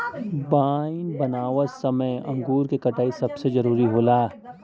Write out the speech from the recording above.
wine बनावत समय अंगूर क कटाई सबसे जरूरी होला